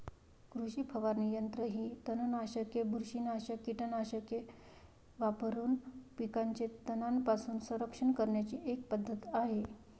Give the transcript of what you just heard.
कृषी फवारणी यंत्र ही तणनाशके, बुरशीनाशक कीटकनाशके वापरून पिकांचे तणांपासून संरक्षण करण्याची एक पद्धत आहे